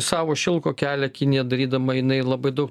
savo šilko kelią kinija darydama jinai labai dau